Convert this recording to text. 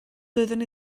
doeddwn